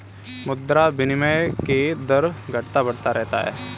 मुद्रा विनिमय के दर घटता बढ़ता रहता है